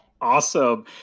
Awesome